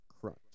crunch